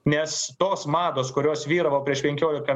nes tos mados kurios vyravo prieš penkiolika